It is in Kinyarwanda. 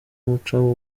umuco